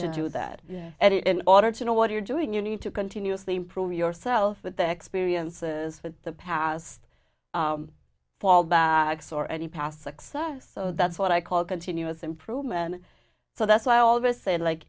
to do that and it in order to know what you're doing you need to continuously improve yourself with the experiences with the past fall bags or any past success so that's what i call continuous improvement so that's why all of us say like